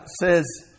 says